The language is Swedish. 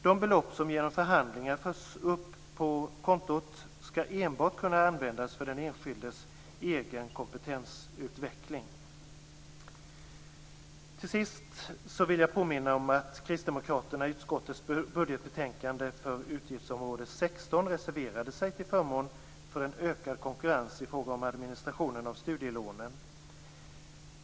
De belopp som genom förhandlingar förs upp på kontot skall enbart kunna användas för den enskildes kompetensutveckling. Jag vill påminna om att Kristdemokraterna i utskottets budgetbetänkande för utgiftsområde 16 reserverade sig till förmån för en ökad konkurrens i fråga om administrationen av studielånen.